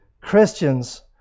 Christians